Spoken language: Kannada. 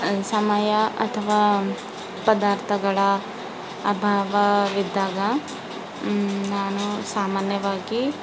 ಸಮಯ ಅಥವಾ ಪದಾರ್ಥಗಳ ಅಭಾವವಿದ್ದಾಗ ನಾನು ಸಾಮಾನ್ಯವಾಗಿ